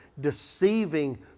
deceiving